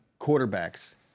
quarterbacks